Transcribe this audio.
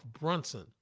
Brunson